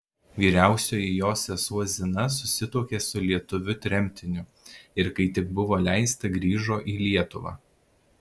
vyriausioji jos sesuo zina susituokė su lietuviu tremtiniu ir kai tik buvo leista grįžo į lietuvą